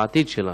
בעתיד שלנו.